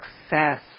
success